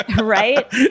right